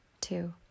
Two